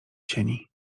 sieni